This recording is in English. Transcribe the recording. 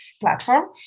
platform